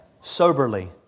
soberly